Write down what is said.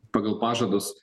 pagal pažadus